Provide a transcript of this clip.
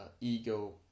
ego